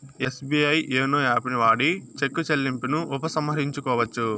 SBI YONO యాపుని వాడి చెక్కు చెల్లింపును ఉపసంహరించుకోవచ్చు